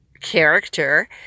character